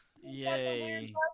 Yay